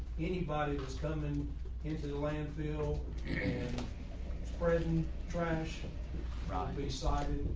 anybody that's coming into the landfill and spreading trash around three sided.